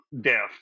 death